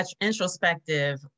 introspective